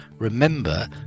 remember